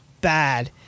bad